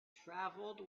travelled